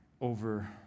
over